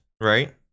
right